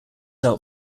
out